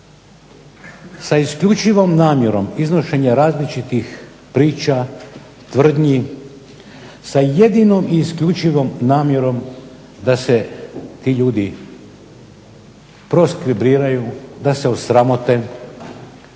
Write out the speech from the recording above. sa isključivom namjerom iznošenja različitih priča, tvrdnji, sa jedinom i isključivom namjerom da se ti ljudi … /Govornik se ne razumije./…, da se osramote,